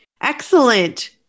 Excellent